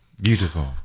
Beautiful